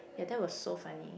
ya that was so funny